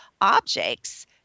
objects